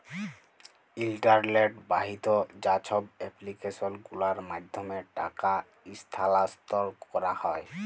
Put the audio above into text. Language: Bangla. ইলটারলেট বাহিত যা ছব এপ্লিক্যাসল গুলার মাধ্যমে টাকা ইস্থালাল্তর ক্যারা হ্যয়